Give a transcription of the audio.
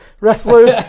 wrestlers